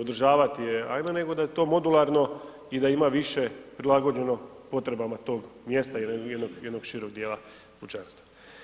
održavat je, … nego da je to modularno i da ima više prilagođeno potrebama tog mjesta ili jednog šireg dijela pučanstva.